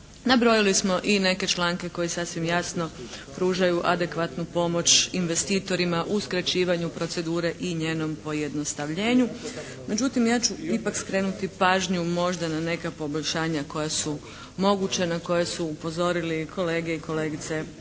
Nabrojali smo i neke članke koji sasvim jasno pružaju adekvatnu pomoć investitorima u skraćivanju procedure i njenom pojednostavljenju. Međutim, ja ću ipak skrenuti pažnju možda na neka poboljšanja koja su moguća, na koja su upozorili kolege i kolegice